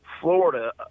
Florida